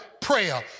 prayer